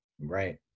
Right